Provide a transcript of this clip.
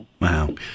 Wow